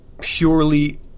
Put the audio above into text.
purely